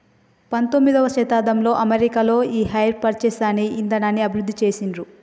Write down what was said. పంతొమ్మిదవ శతాబ్దంలో అమెరికాలో ఈ హైర్ పర్చేస్ అనే ఇదానాన్ని అభివృద్ధి చేసిండ్రు